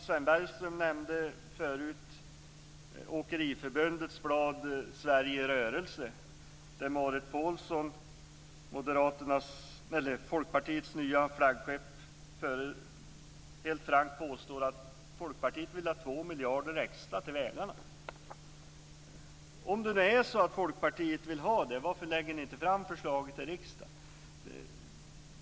Sven Bergström nämnde tidigare Svenska vägföreningens informationsblad "Sverige i rörelse", där Marit Paulsen, Folkpartiets nya flaggskepp, helt frankt påstår att Folkpartiet vill ha 2 miljarder extra till vägarna. Om det nu är så att Folkpartiet vill ha det, varför lägger ni då inte fram förslaget i riksdagen?